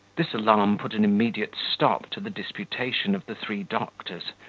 this alarm put an immediate stop to the disputation of the three doctors,